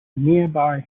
nearby